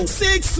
six